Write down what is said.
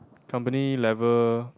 company level